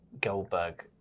Goldberg